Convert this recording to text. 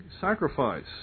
sacrifice